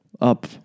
up